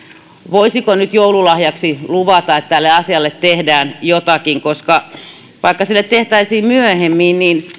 voisiko nyt joululahjaksi luvata että tälle asialle tehdään jotakin vaikka sille tehtäisiin jotain myöhemmin niin